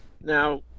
now